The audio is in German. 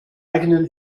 eigenen